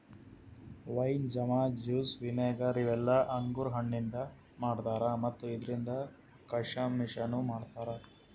wine, jam, juice, vinegar ಇವೆಲ್ಲ ಅಂಗುರ್ ಹಣ್ಣಿಂದ್ ಮಾಡ್ತಾರಾ ಮತ್ತ್ ಇದ್ರಿಂದ್ ಕೀಶಮಿಶನು ಮಾಡ್ತಾರಾ